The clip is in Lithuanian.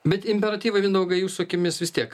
bet imperatyvai mindaugai jūsų akimis vis tiek